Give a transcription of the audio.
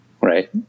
right